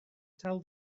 tell